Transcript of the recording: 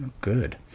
good